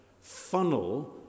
funnel